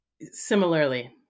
similarly